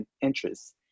interests